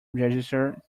register